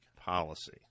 policy